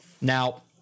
Now